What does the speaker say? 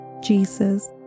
Jesus